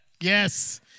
Yes